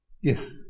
Yes